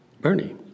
Bernie